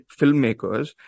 filmmakers